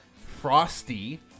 Frosty